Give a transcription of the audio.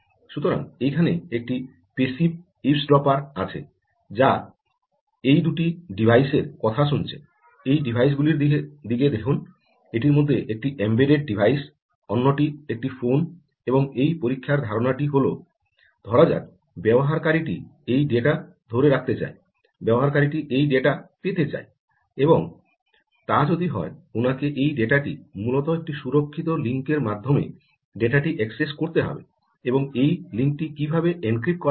সুতরাং এখানে একটি প্যাসিভ ইভসড্রপার আছে যা এই দুটি ডিভাইসের কথা শুনছে এই ডিভাইস গুলির দিকে দেখুন এটির মধ্যে একটি এমবেডড ডিভাইস অন্যটি হচ্ছে একটি ফোন এবং এই পরীক্ষার ধারণাটি হল ধরা যাক এই ব্যবহারকারীটি এই ডেটা ধরে রাখতে চায় ব্যবহারকারীটি এই ডেটা পেতে চায় এবং তা যদি হয় উনাকে এই ডেটা টি মূলত একটি সুরক্ষিত লিঙ্কের মাধ্যমে ডেটা টি অ্যাক্সেস করতে হবে এবং এই লিঙ্কটি কীভাবে এনক্রিপ্ট করা হবে